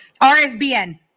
RSBN